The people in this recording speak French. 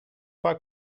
pas